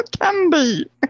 candy